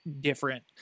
different